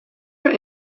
are